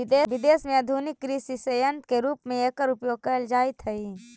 विदेश में आधुनिक कृषि सन्यन्त्र के रूप में एकर उपयोग कैल जाइत हई